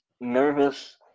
nervous